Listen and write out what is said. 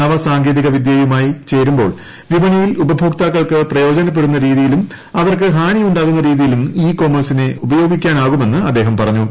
നവസാങ്കേതികവിദ്യയുമായി ചേരുമ്പോൾ വിപണിയിൽ ഉപഭോക്താക്കൾക്ക് പ്രയ്ോജനപ്പെടുന്ന രീതിയിലും അവർക്ക് ഹാനിയു ാകുന്ന രീതിയിലും ഇ കോമേഴ്സിനെ ഉപയോഗിക്കാനാകുമെന്ന് അദ്ദേഹം പറഞ്ഞു